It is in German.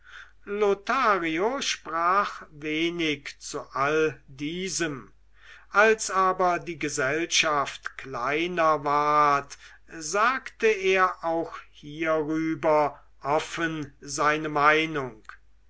lothario sprach wenig zu all diesem als aber die gesellschaft kleiner ward sagte er auch hierüber offen seine meinung